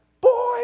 boy